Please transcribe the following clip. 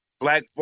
black